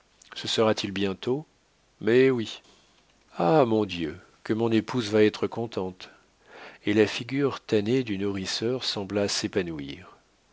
ce sera-t-il bientôt mais oui ah mon dieu que mon épouse va t être contente et la figure tannée du nourrisseur sembla s'épanouir